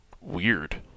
weird